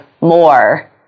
more